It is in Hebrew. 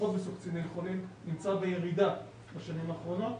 לפחות בסוקצינילכולין נמצא בירידה בשנים האחרונות,